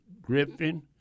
Griffin